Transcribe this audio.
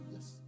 Yes